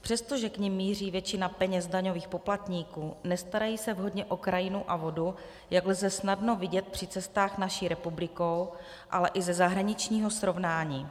Přestože k nim míří většina peněz daňových poplatníků, nestarají se vhodně o krajinu a vodu, jak lze snadno vidět při cestách naší republikou, ale i ze zahraničního srovnání.